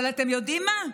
אבל אתם יודעים מה?